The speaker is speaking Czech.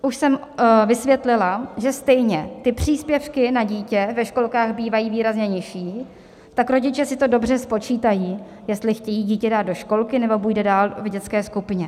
Už jsem vysvětlila, že stejně ty příspěvky na dítě ve školkách bývají výrazně nižší, tak rodiče si to dobře spočítají, jestli chtějí dítě dát do školky, nebo bude dál v dětské skupině.